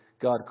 God